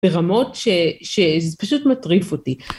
ברמות שזה פשוט מטריף אותי.